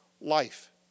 life